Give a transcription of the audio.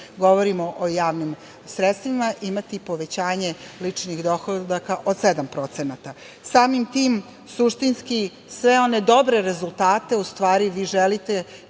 govorimo o javnim sredstvima, imati povećanje ličnih dohodaka od 7%.Samim tim, suštinski, sve one dobre rezultate u stvari vi želite